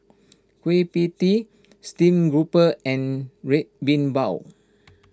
Kueh Pie Tee Steamed Grouper and Red Bean Bao